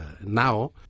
Now